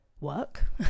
work